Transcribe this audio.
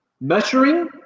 measuring